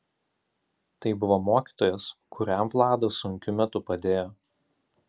tai buvo mokytojas kuriam vladas sunkiu metu padėjo